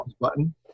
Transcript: button